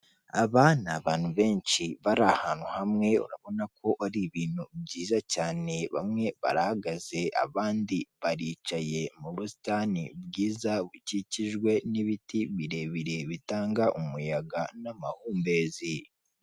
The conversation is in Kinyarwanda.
Aba ni abantu benshi bari ahantu hamwe, urabona ko ari ibintu byiza cyane bamwe barahagaze abandi baricaye mu busitani bwiza bukikijwe n'ibiti birebire bitanga umuyaga n'amahumbezi.